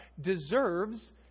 deserves